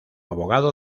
abogado